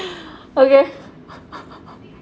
okay